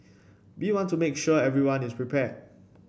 we want to make sure everyone is prepared